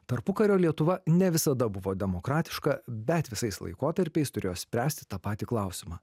tarpukario lietuva ne visada buvo demokratiška bet visais laikotarpiais turėjo spręsti tą patį klausimą